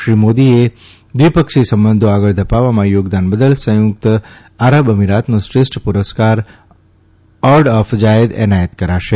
શ્રી મોદીને દ્વિપક્ષી સંબંધો આગલ ધપાવવામાં યોગદાન બદલ સંયુકત આરબ અમીરાતનો શ્રેષ્ઠ પુરસ્કાર ઓર્ડ ઓફ ઝાયેદ એનાયત કરાશે